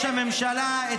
אני לא צריך ------ ראש ממשלה?